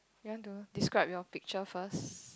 you want to describe your picture first